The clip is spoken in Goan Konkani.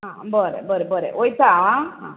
आ बरें बरें बरें वयता आ हा